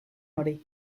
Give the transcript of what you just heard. hori